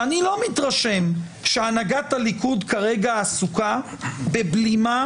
שאני לא מתרשם שהנהגת הליכוד כרגע עסוקה בבלימה